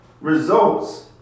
results